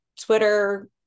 twitter